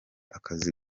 akazi